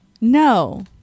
No